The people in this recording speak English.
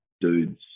dudes